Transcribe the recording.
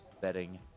Betting